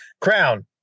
Crown